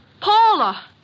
Paula